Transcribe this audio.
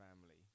family